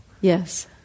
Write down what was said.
Yes